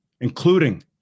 including